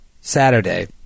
Saturday